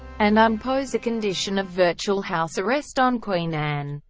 and ah impose a condition of virtual house arrest on queen anne.